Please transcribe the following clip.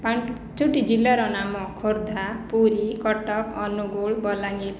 ପାଞ୍ଚୋଟି ଜିଲ୍ଲାର ନାମ ଖୋର୍ଦ୍ଧା ପୁରୀ କଟକ ଅନୁଗୁଳ ବଲାଙ୍ଗୀର